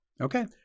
Okay